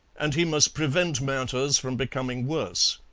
and he must prevent matters from becoming worse.